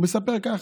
הוא מספר ככה: